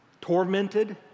tormented